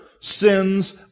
sins